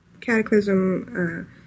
cataclysm